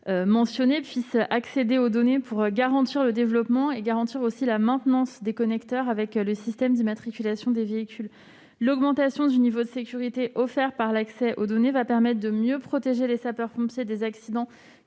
reprendre, puissent accéder aux données pour garantir le développement et la maintenance des connecteurs avec le système d'immatriculation des véhicules (SIV). L'augmentation du niveau de sécurité offert par l'accès aux données va permettre de mieux protéger les sapeurs-pompiers des accidents